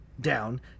down